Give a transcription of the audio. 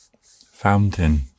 fountain